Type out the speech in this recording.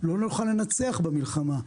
לא נוכל לנצח במלחמה.